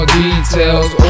details